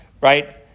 right